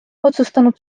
otsustanud